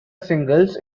singles